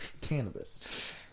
cannabis